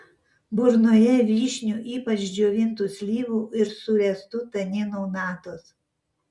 burnoje vyšnių ypač džiovintų slyvų ir suręstų taninų natos